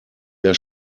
der